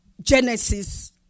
Genesis